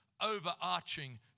overarching